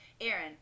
aaron